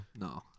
No